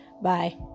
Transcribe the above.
Bye